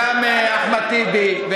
גם אחמד טיבי,